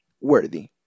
worthy